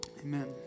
Amen